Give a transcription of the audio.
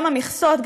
גם המכסות,